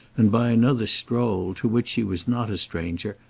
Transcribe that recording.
and by another stroll, to which she was not a stranger,